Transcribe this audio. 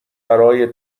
برای